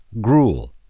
gruel